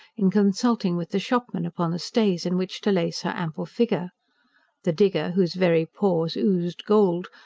in consulting with the shopman upon the stays in which to lace her ample figure the digger, whose very pores oozed gold,